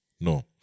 No